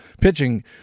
pitching